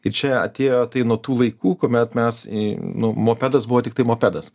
ir čia atėjo tai nuo tų laikų kuomet mes į nu mopedas buvo tiktai mopedas